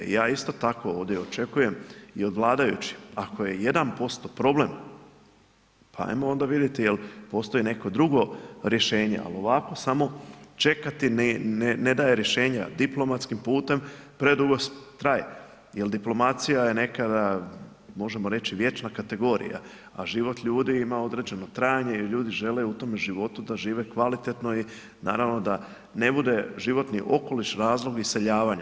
Ja isto tako ovdje očekujem i od vladajućih ako je 1% problem, pa ajmo onda vidjeti jel' postoji neko drugo rješenje, ali ovako samo čekati ne daje rješenja, diplomatskim putem predugo traje, jer diplomacija je nekada možemo reći vječna kategorija, a život ljudi ima određeno trajanje i ljudi žele u tome životu da žive kvalitetno i da naravno da ne bude životni okoliš razlog iseljavanja.